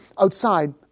outside